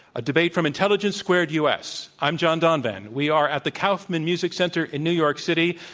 a debate from intelligence squ ared us. i'm john donvan. we are at the kauf man music center in new york city.